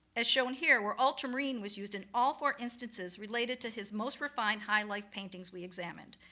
as shown here, where ultramarine was used in all four instances related to his most refined high life paintings we examined.